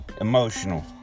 emotional